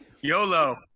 YOLO